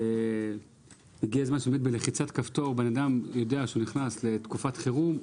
הגיע הזמן שבלחיצת כפתור אדם שנכנס לתקופת חירום,